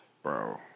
Bro